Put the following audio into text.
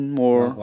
more